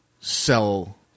sell